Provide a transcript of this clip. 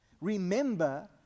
Remember